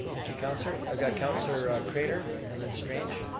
thank you councillor. i've got councillor craitor, and then strange.